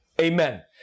Amen